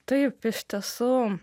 taip iš tiesų